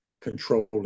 controlling